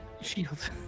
Shield